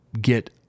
get